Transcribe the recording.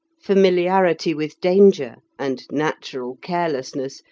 familiarity with danger, and natural carelessness,